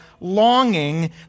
longing